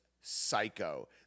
psycho